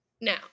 Now